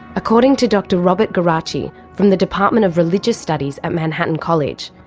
according to dr robert geraci from the department of religious studies at manhattan college,